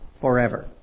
forever